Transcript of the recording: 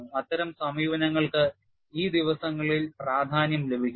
അത്തരം സമീപനങ്ങൾക്ക് ഈ ദിവസങ്ങളിൽ പ്രാധാന്യം ലഭിക്കുന്നു